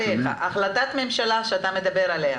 החלטת הממשלה שאתה מדבר עליה,